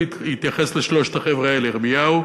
הוא התייחס לשלושת החבר'ה האלה: ירמיהו,